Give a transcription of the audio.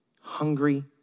hungry